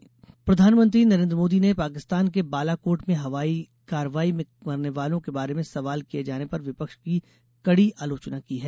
मोदी धार प्रधानमंत्री नरेन्द्र मोदी ने पाकिस्तान के बालाकोट में हवाई कार्रवाई में मरने वालों के बारे में सवाल किए जाने पर विपक्ष की कड़ी आलोचना की है